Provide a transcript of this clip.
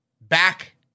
Back